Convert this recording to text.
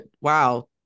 wow